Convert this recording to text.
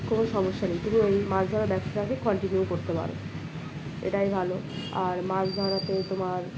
কোনো সমস্যা নেই তুমি ওই মাছ ধরার ব্যবসাটাকে কন্টিনিউ করতে পারো এটাই ভালো আর মাছ ধরাতে তোমার